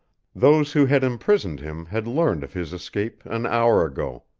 those who had imprisoned him had learned of his escape an hour ago.